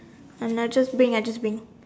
ah then I just bring just bring